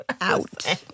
Out